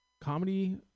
comedy